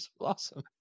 awesome